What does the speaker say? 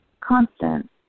Constant